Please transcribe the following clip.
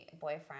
boyfriend